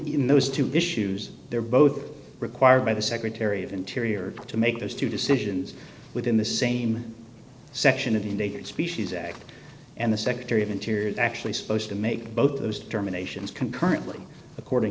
in those two issues they're both required by the secretary of interior to make those two decisions within the same section of the endangered species act and the secretary of interior is actually supposed to make both of those determinations concurrently according